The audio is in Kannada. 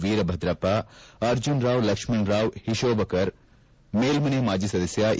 ವೀರಭದ್ರಯ್ಕ ಅರ್ಜುನ್ರಾವ್ ಲಕ್ಷ್ಮಣರಾವ್ ಓತೋಬಕರ್ ಮೇಲ್ದನೆ ಮಾಜಿ ಸದಸ್ಕ ಎ